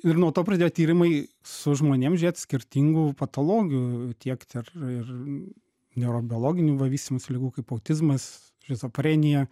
ir nuo to pradėjo tyrimai su žmonėm žiūrėt skirtingų patologijų tiekt ir ir neurobiologinių va vystymosi ligų kaip autizmas šizofrenija